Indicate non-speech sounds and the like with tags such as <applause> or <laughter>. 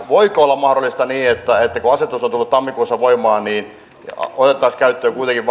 voiko olla mahdollista niin että kun asetus on tullut tammikuussa voimaan niin se otettaisiin käyttöön kuitenkin <unintelligible>